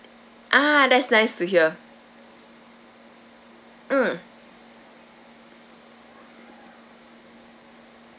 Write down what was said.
ah that's nice to hear mm